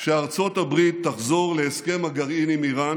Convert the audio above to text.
שארצות הברית תחזור להסכם הגרעין עם איראן,